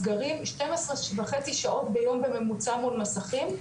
ילדים בילו בסגרים 12.5 שעות ביום בממוצע מול מסכים,